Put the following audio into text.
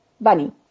bunny